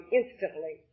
instantly